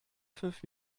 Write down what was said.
fünf